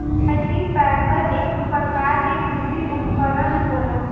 cultipacker एक परकार के कृषि उपकरन होला